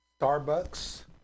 Starbucks